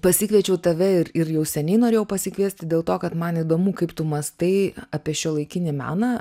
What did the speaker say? pasikviečiau tave ir ir jau seniai norėjau pasikviesti dėl to kad man įdomu kaip tu mąstai apie šiuolaikinį meną